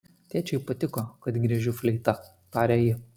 tėčiui patiko kad griežiu fleita tarė ji